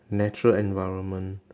natural environment